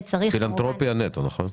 פילנתרופיה נטו, נכון?